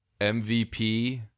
MVP